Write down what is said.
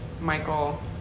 Michael